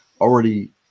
already